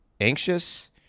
Anxious